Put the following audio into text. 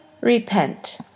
Repent